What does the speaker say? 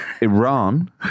Iran